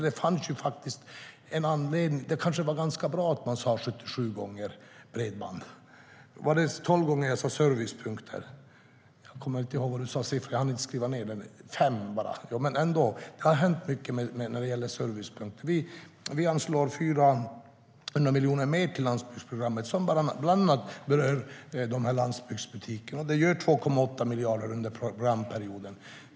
Det fanns alltså en anledning till att jag talade om bredband 77 gånger. Var det 12 gånger som jag sade "servicepunkter"? Jag hann inte skriva ned siffran. Var det bara 5? Men ändå, det har hänt mycket när det gäller servicepunkter. Vi anslår 400 miljoner mer till landsbygdsprogrammet som bland annat berör landsbygdsbutikerna. Det gör 2,8 miljarder under programperioden.